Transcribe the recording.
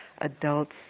adults